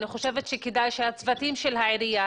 אני חושבת שכדאי שהצוותים של העירייה,